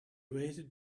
waited